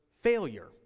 failure